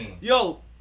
Yo